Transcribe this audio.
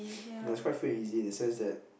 yes it's quite free and easy in the sense that